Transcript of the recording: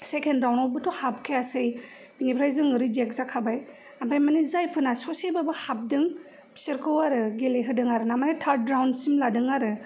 second round आवबोथ' हाबखायासै बिनिफ्राय जों रिजेक्ट जाखाबाय आमफाय मानि जायफोरना ससेबाबो हाबदों फिसोरखौ आरो गेलेहोदों आरोना माने टार्ड राउण्डसिम लादों आरो